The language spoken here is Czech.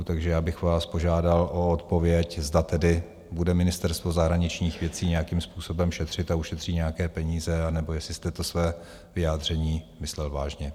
Takže já bych vás požádal o odpověď, zda tedy bude Ministerstvo zahraničních věcí nějakým způsobem šetřit a ušetří nějaké peníze, anebo jestli jste to své vyjádření myslel vážně.